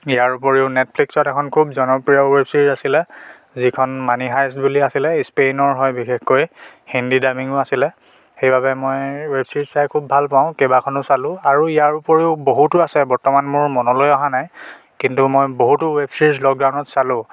ইয়াৰ উপৰিও নেটফ্লিস্কত এখন খুব জনপ্ৰিয় ৱেব ছিৰিজ আছিলে যিখন মনি হায়েষ্ট বুলি আছিলে স্পেইনৰ হয় বিশেষকৈ হিন্দী ডাবিঙৰ আছিলে সেইবাবে মই ৱেব ছিৰিজ চাই খুব ভালপাওঁ কেইবাখনো চালো আৰু ইয়াৰ উপৰিও বহুতো আছে বৰ্তমান মোৰ মনলৈ অহা নাই কিন্তু মই বহুতো ৱেব ছিৰিজ লকডাউনত চালো